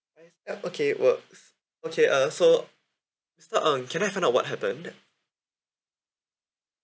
ya okay it works okay uh so so um can I find out what happened